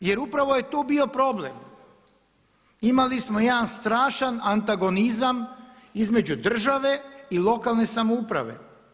Jer upravo je tu bio problem, imali smo jedan strašan antagonizam između države i lokalne samouprave.